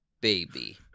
Baby